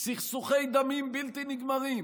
סכסוכי דמים בלתי נגמרים.